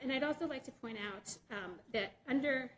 and i'd also like to point out that under